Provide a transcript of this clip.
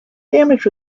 damage